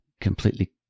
completely